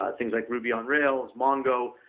ah things like ruby on rails, mongo,